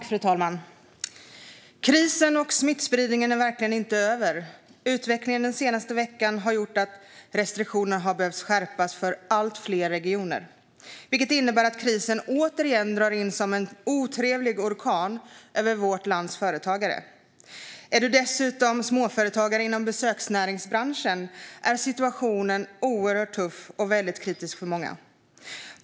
Fru talman! Krisen och smittspridningen är verkligen inte över. Utvecklingen den senaste veckan har gjort att restriktionerna har behövt skärpas för allt fler regioner, vilket innebär att krisen återigen drar in som en otrevlig orkan över vårt lands företagare. I synnerhet när det gäller småföretagare inom besöksnäringen är situationen oerhört tuff och kritisk för många.